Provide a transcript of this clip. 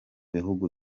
bihugu